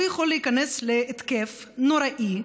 הוא יכול להיכנס להתקף נוראי,